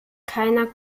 keiner